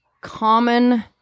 common